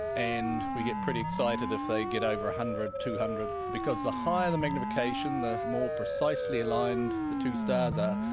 and we get pretty excited if they get over one hundred, two hundred, because the higher the magnification the more precisely aligned the two stars are,